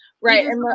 Right